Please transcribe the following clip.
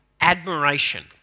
admiration